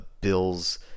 Bill's